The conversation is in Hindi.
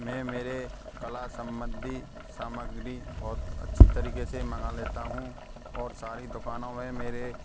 मैं मेरे कला संबंधी सामग्री बहुत अच्छी तरीक़े से मंगा लेता हूँ और सारी दुकानो में मेरे